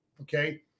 Okay